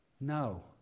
No